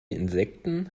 insekten